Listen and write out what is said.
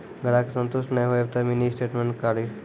ग्राहक के संतुष्ट ने होयब ते मिनि स्टेटमेन कारी?